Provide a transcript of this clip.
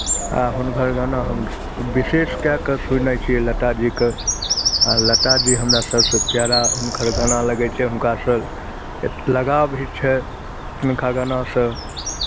आ हुनकर गाना हम विशेष कए कऽ सुनै छियै लताजीके आ लताजी हमरा सभसँ प्यारा हुनकर गाना लगै छै हुनकासँ एत् लगाव भी छै हुनका गानासँ